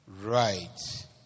Right